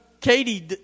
Katie